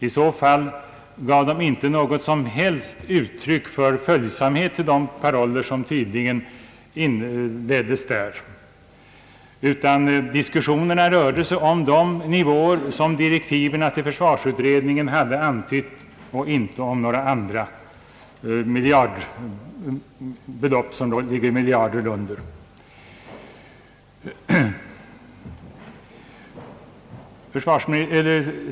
I så fall gav de inte något som helst uttryck för följsamhet till de paroller som tydligen präglades där. Diskussionerna rörde sig om de nivåer som direktiven till försvarsutredningen hade antytt och inte om några andra belopp, som låg miljarder under.